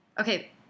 Okay